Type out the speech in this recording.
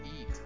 Eat